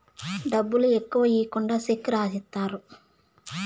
డబ్బులు ఎక్కువ ఈకుండా చెక్ రాసిత్తారు